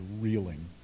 reeling